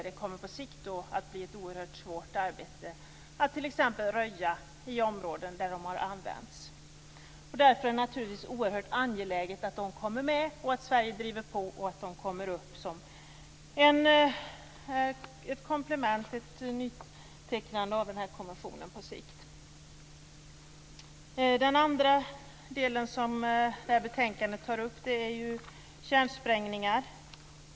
Då kommer det på sikt att bli ett oerhört svårt arbete att t.ex. röja i områden där de har använts. Därför är det naturligtvis oerhört angeläget att de kommer med, att Sverige driver på och att de kommer upp som ett komplement i den här konventionen på sikt. Det andra som detta betänkande tar upp är kärnsprängningar.